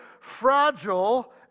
fragile